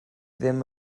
ddim